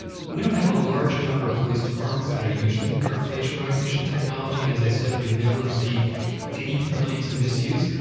we don't have a large number of police departments that are using our facial recognition technology, and as i said, we've never received any complaints of misuse.